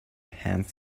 hands